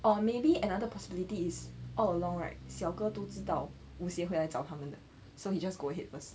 or maybe another possibility is all along right 小哥都知道 wu xie 回来找他们的 so he just go ahead was